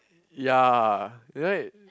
ya right